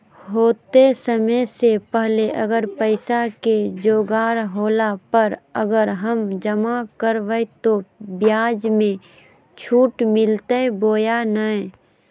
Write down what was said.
होतय समय से पहले अगर पैसा के जोगाड़ होला पर, अगर हम जमा करबय तो, ब्याज मे छुट मिलते बोया नय?